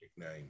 Name